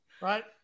right